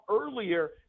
earlier